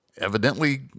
evidently